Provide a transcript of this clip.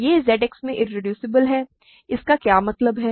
यह ZX में irreducible है इसका क्या मतलब है